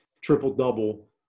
triple-double